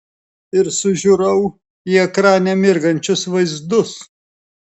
ir sužiurau į ekrane mirgančius vaizdus